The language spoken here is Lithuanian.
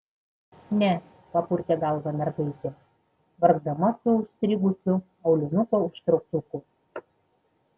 ne papurtė galvą mergaitė vargdama su užstrigusiu aulinuko užtrauktuku